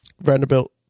Vanderbilt